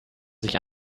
sich